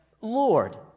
Lord